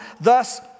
Thus